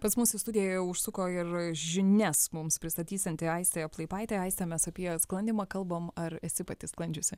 pas mus į studiją užsuko ir žinias mums pristatysianti aistė plaipaitė aiste mes apie sklandymą kalbam ar esi pati sklandžiusi